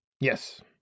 Yes